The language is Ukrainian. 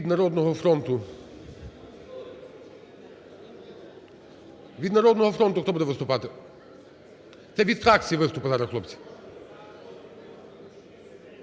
Від "Народного фронту" хто буде виступати? Це від фракцій виступи зараз, хлопці.